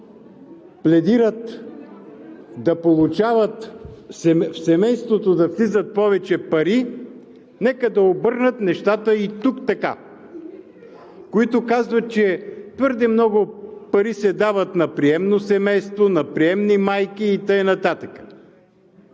пледират в семейството да влизат повече пари, нека да обърнат нещата и тук така, които казват, че твърде много пари се дават на приемно семейство, на приемни майки и така